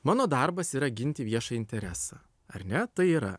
mano darbas yra ginti viešą interesą ar ne tai yra